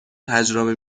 تجربه